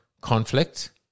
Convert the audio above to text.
conflict